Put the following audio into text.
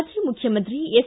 ಮಾಜಿ ಮುಖ್ಯಮಂತ್ರಿ ಎಸ್